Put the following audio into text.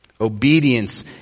Obedience